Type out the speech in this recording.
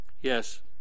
Yes